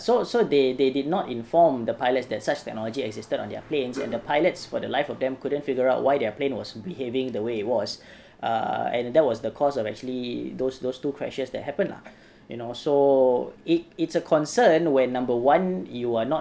so so they they did not inform the pilots that such technology existed on their planes and the pilots for the life of them couldn't figure out why their plane was behaving the way it was uh and that was the cause of actually those those two crashes that happened lah you know so it it's a concern when number one you are not